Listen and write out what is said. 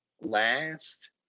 last